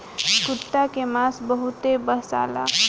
कुता के मांस बहुते बासाला